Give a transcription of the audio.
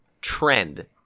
trend